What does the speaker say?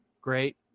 great